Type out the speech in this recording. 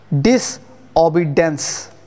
disobedience